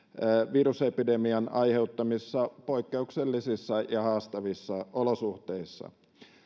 virusepidemian aiheuttamissa poikkeuksellisissa ja haastavissa olosuhteissa